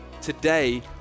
today